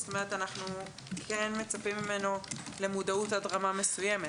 שאנחנו כן מצפים ממנו למודעות עד רמה מסוימת.